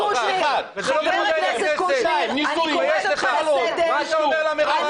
איפה --- תתבייש לך, מה אתה אומר לה מרמה?